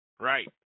right